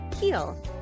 heal